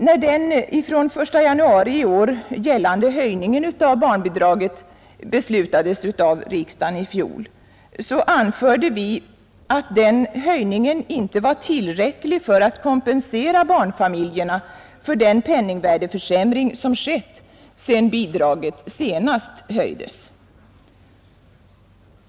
När den från den 1 januari i år gällande höjningen av barnbidraget beslutades av riksdagen i fjol anförde vi att höjningen inte var tillräcklig för att kompensera barnfamiljerna för den penningvärdeförsämring som skett sedan bidraget senast höjdes.